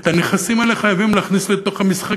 את הנכסים האלה חייבים להכניס לתוך המשחק,